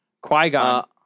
Qui-Gon